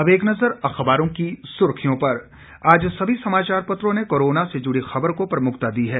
अब एक नज़र अखबारों की सुर्खियों पर आज सभी समाचार पत्रों ने कोरोना से जुड़ी खबर को प्रमुखता दी है